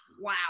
Wow